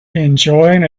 enjoying